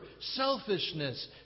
selfishness